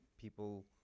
people